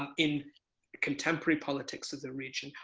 in contemporary politics of the region,